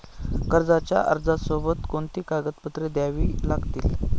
कर्जाच्या अर्जासोबत कोणती कागदपत्रे द्यावी लागतील?